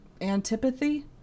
antipathy